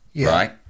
right